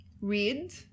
read